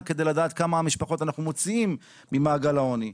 כדי לדעת כמה משפחות אנחנו מוציאים ממעגל העוני.